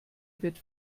wird